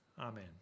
Amen